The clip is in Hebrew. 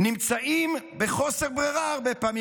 נמצאים בחוסר ברירה הרבה פעמים,